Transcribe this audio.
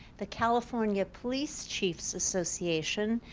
the california police chief's association,